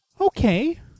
Okay